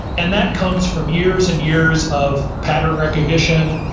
and that comes from years and years of pattern recognition,